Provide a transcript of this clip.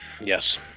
Yes